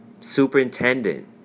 superintendent